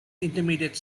intermediate